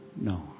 No